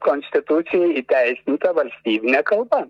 konstitucijoj įteisinta valstybinė kalba